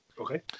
Okay